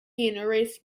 erased